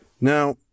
Now